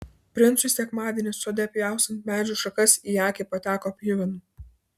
princui sekmadienį sode pjaustant medžių šakas į akį pateko pjuvenų